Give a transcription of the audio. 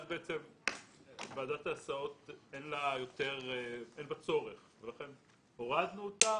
אז אין יותר צורך בוועדת ההסעות ולכן הורדנו אותה